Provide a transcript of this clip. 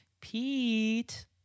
Pete